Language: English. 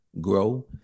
grow